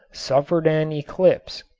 suffered an eclipse.